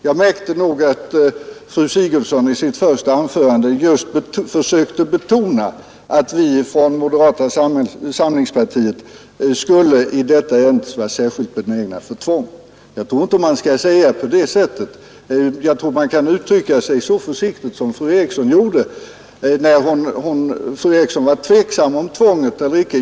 Jag märkte nog att fru Sigurdsen i sitt första anförande just försökte betona att vi från moderata samlingspartiet skulle vara särskilt benägna för tvång, det skulle höra till vår samhällssyn. Man bör inte uttrycka sig på det sättet. Man kan i stället uttrycka sig så försiktigt som fru Eriksson i Stockholm, som var tveksam om huruvida det var motiverat med tvång eller icke.